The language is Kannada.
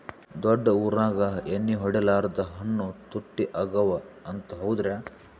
ದೊಡ್ಡ ಊರಾಗ ಎಣ್ಣಿ ಹೊಡಿಲಾರ್ದ ಹಣ್ಣು ತುಟ್ಟಿ ಅಗವ ಅಂತ, ಹೌದ್ರ್ಯಾ?